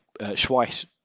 Schweiss